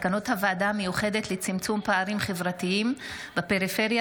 מסקנות הוועדה המיוחדת לצמצום פערים חברתיים בפריפריה